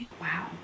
Wow